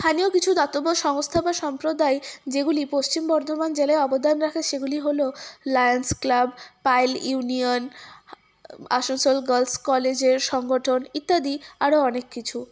স্থানীয় কিছু দাতব্য সংস্থা বা সম্প্রদায় যেগুলি পশ্চিম বর্ধমান জেলায় অবদান রাখে সেগুলি হল lions club Payel union Asansol girls কলেজের সংগঠন ইত্যাদি আরও অনেক কিছু